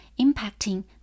impacting